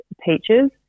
Peaches